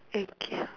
thank you